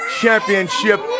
championship